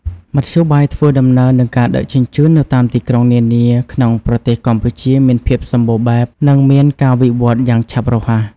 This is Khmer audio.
មធ្យោបាយធ្វើដំណើរនិងការដឹកជញ្ជូននៅតាមទីក្រុងនានាក្នុងប្រទេសកម្ពុជាមានភាពសម្បូរបែប និងមានការវិវត្តន៍យ៉ាងឆាប់រហ័ស។